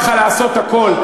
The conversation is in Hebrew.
מותר לך לעשות הכול,